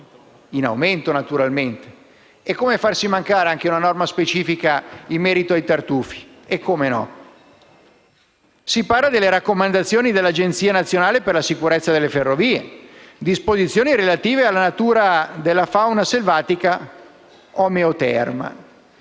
in aumento). Come farsi mancare anche una norma specifica in merito ai tartufi? Inoltre il provvedimento reca raccomandazioni dell'Agenzia nazionale per la sicurezza delle ferrovie, di disposizioni relative alla natura della fauna selvatica omeoterma.